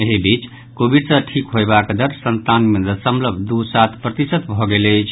एहि बीच कोविड सॅ ठीक होयबाक दर संतानवे दशमलव दू सात प्रतिशत भऽ गेल अछि